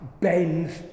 bends